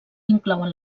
inclouen